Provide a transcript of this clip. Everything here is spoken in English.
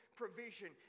provision